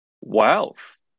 wealth